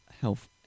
health